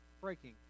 breaking